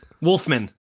Wolfman